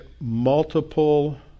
multiple